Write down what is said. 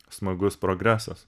smagus progresas